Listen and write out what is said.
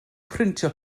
brintio